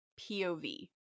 POV